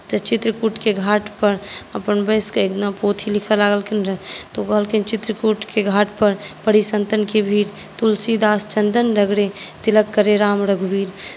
तऽ चित्रकुटकेँ घाट पर बैसकऽ एक दिना पोथी लिखै लागलखिन रहय तऽ ओ कहलखिन चित्रकुटकेँ घाट पर पड़ी सन्तनकेँ भीड़ तुलसीदास चन्दन रगड़ै तिलक करै राम रघुवीर